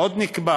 עוד נקבע